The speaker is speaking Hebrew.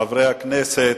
חברי הכנסת,